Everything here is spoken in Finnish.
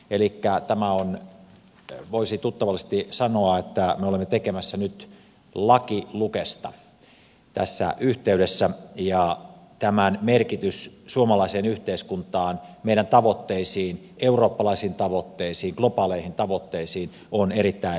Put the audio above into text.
elikkä voisi tuttavallisesti sanoa että se mitä me olemme tekemässä nyt tässä yhteydessä on laki lukesta ja tämän vaikutus suomalaiseen yhteiskuntaan meidän tavoitteisiimme eurooppalaisiin tavoitteisiin globaaleihin tavoitteisiin on erittäin merkittävä